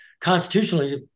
constitutionally